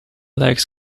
legs